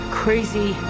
crazy